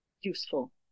useful